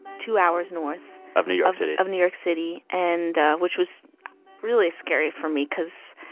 two hours north. of new york city. of new york city. and which was really scary for me because,